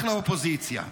אחלה אופוזיציה.